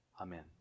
Amen